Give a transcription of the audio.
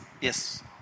Yes